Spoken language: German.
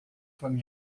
von